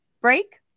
break